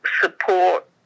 support